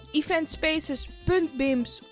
eventspaces.bims